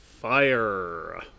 Fire